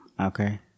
Okay